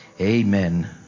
Amen